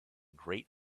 great